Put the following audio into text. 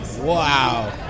Wow